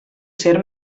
ser